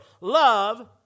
Love